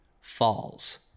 falls